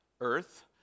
earth